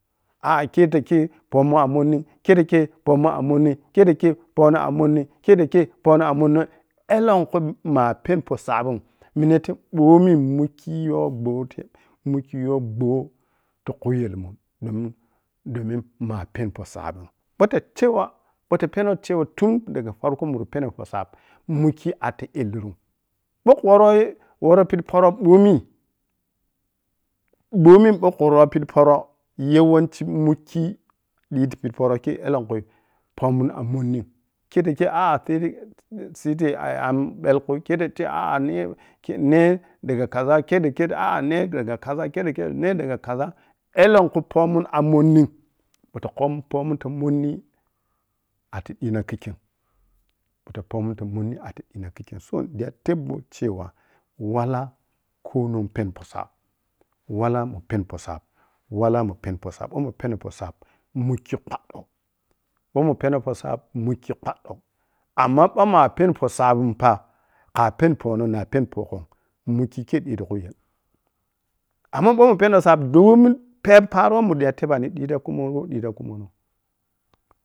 kei lah kei poh mun amonni kei ta kei poh mun amonnim-kei ta kei pohno ammonim-kei ta kei pohno amon ellenkhu ma peni poh sabi’m minetei bomi mukki yow gboh-mukki you gboh ti khuye mun domin-domin ma peni poh sabi’m ɓou tacewa bou tah penou cewa tun daga farko munpenow poh sab mukki a’ti illuru’m ɓou kho worrou-worrou piddi poro-pidi pon mɓomi bomi ma kha warri piƌi poro yawan mukki dii tipidi porokei ellenkhui poh mun amonnim kei tah kei siti a’m ɓeku-kei ta kei neh daga kaza. Kei ta kei nadaga kaza kei ta kei neh daga kaza ellonkho poh mun amonnim mahta pohmun monni a’ti dina kikkyem tah poh mun tah monni arri dii na kikkyem so, nida teb bor cewa walla konong peni poh sab, wala mun peni poh sab, wala mun peni poh sab ɓou mun peni poh sab mukki kpaddou ɓou mun peno poh sab mukki kpaddou amma ɓou mah pɛnipoh saha fa kha peni pohno na peni pohghom mukki kei diyi ti khuyel amma ɓou mun peno poh sabim domin pɛp paro weh mun ta tebani digite khumogho digita khumono.